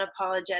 Unapologetic